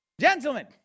Gentlemen